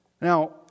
Now